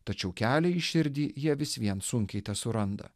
tačiau kelią į širdį jie vis vien sunkiai tesuranda